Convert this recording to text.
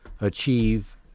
achieve